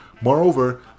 Moreover